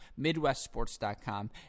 midwestsports.com